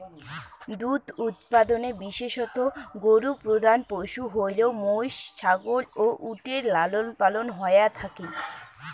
দুধ উৎপাদনে বিশেষতঃ গরু প্রধান পশু হইলেও মৈষ, ছাগল ও উটের লালনপালন হয়া থাকি